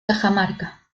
cajamarca